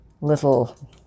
little